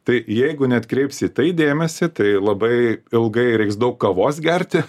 tai jeigu neatkreipsi į tai dėmesį tai labai ilgai reiks daug kavos gerti